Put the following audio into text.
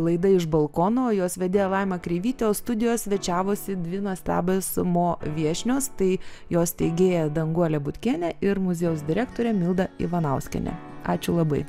laida iš balkono jos vedėja laima kreivytė o studijoje svečiavosi dvi nuostabias mo viešnios tai jos steigėja danguolė butkienė ir muziejaus direktorė milda ivanauskienė ačiū labai